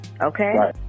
okay